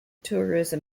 tourism